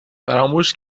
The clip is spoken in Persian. فراموش